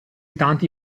tanti